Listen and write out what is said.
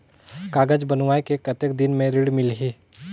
कागज बनवाय के कतेक दिन मे ऋण मिलही?